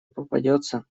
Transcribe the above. попадется